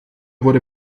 wurde